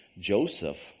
Joseph